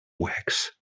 wax